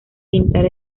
pintar